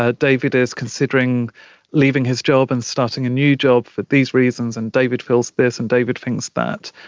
ah david is considering leaving his job and starting a new job for these reasons and david feels this and david thinks that,